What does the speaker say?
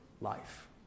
life